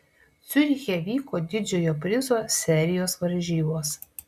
ciuriche vyko didžiojo prizo serijos varžybos